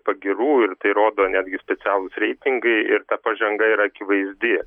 pagyrų ir tai rodo netgi specialūs reitingai ir ta pažanga yra akivaizdi